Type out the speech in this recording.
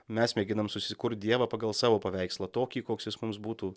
mes mėginam susikurt dievą pagal savo paveikslą tokį koks jis mums būtų